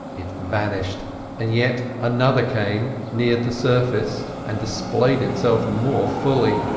it vanished and yet another came, neared the surface, and displayed itself more fully.